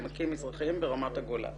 עמקים מזרחיים ברמת הגולן".